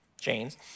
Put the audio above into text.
chains